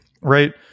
right